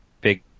big